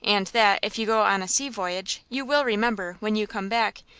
and that, if you go on a sea-voyage, you will remember, when you come back,